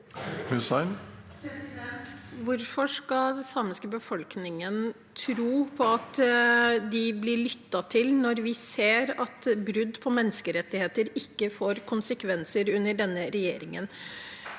Hvorfor skal den samiske befolkningen tro på at de blir lyttet til når vi ser at brudd på menneskerettigheter ikke får konsekvenser under denne regjeringen?